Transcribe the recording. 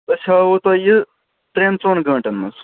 أسۍ ہاوہو تۄہہِ یہِ ترٛٮ۪ن ژۄن گنٛٹن منٛز